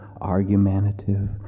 argumentative